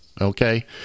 okay